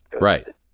Right